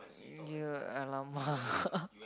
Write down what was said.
you !alamak!